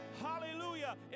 Hallelujah